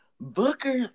Booker